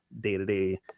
day-to-day